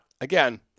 again